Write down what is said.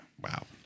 Wow